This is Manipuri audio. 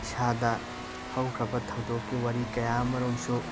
ꯏꯁꯥꯗ ꯍꯧꯈ꯭ꯔꯕ ꯊꯧꯗꯣꯛꯀꯤ ꯋꯥꯔꯤ ꯀꯌꯥ ꯑꯃꯔꯨꯝꯁꯨ